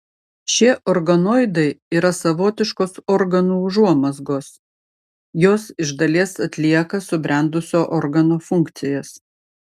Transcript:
šie organoidai yra savotiškos organų užuomazgos jos iš dalies atlieka subrendusio organo funkcijas